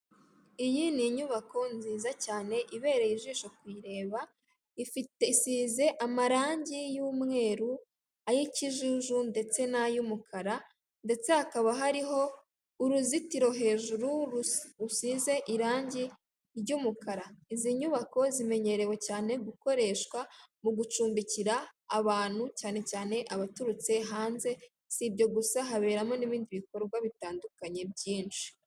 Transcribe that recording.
Iyi ni inyubako nziza cyane ibereye ijisho kuyireba, ifite, isize amarangi y'umweru, ay'ikijuju ndetse n'ay'umukara ndetse hakaba hariho uruzitiro hejuru rusize irangi ry'umukara, izi nyubako zimenyerewe cyane gukoreshwa mu gucumbikira abantu cyane cyane abaturutse hanze, si ibyo gusa haberamo n'ibindi bikorwa bitandukanye byinshi.